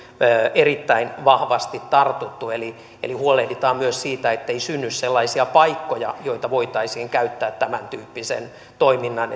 erittäin vahvasti tartuttu eli eli huolehditaan myös siitä ettei synny sellaisia paikkoja joita voitaisiin käyttää esimerkiksi tämäntyyppisen toiminnan